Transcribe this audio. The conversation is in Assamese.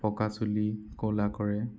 পকা চুলি ক'লা কৰে